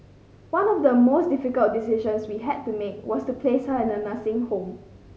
one of the most difficult decisions we had to make was to place her in a nursing home